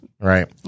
Right